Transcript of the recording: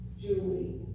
Julie